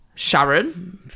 Sharon